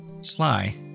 Sly